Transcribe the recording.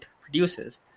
produces